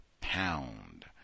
pound